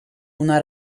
una